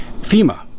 fema